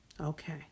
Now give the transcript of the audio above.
Okay